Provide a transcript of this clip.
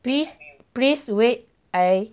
please please wait I